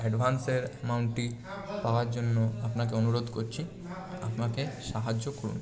অ্যাডভান্সের অ্যামাউন্টটি পাওয়ার জন্য আপনাকে অনুরোধ করছি আমাকে সাহায্য করুন